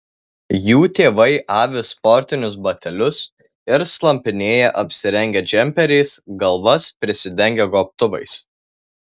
jų tėvai avi sportinius batelius ir slampinėja apsirengę džemperiais galvas prisidengę gobtuvais